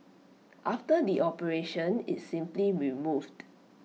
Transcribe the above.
after the operation it's simply removed